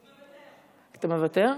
אתה מוותר?